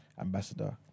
ambassador